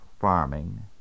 farming